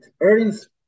earnings